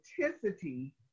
authenticity